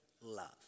love